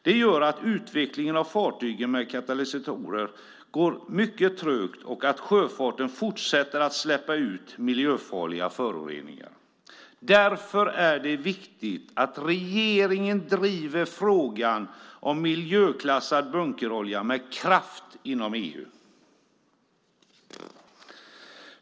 Det gör att utvecklingen av fartyg med katalysatorer går mycket trögt och att sjöfarten fortsätter att släppa ut miljöfarliga föroreningar. Därför är det viktigt att regeringen driver frågan om miljöklassad bunkerolja med kraft inom EU.